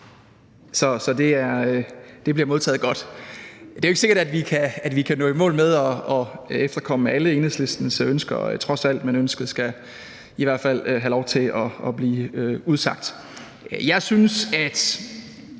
så det bliver modtaget godt. Det er jo ikke sikkert, at vi kan nå i mål med at efterkomme alle Enhedslistens ønsker trods alt, men ønsket skal i hvert fald have lov til at blive udsagt. Jeg synes, at